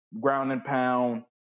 ground-and-pound